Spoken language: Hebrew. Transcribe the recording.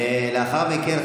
לאחר מכן,